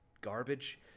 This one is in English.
garbage